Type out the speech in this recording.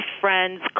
friends